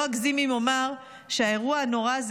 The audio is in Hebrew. לא אגזים אם אומר שהאירוע הנורא הזה